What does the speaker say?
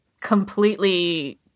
completely